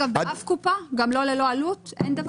אין דבר כזה באף קופה, גם ללא עלות?